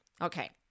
Okay